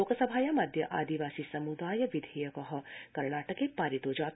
लोकसभायामद्य आदिवासी सम्दाय विधेयक कर्णाटके पारितो जात